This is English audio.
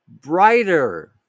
brighter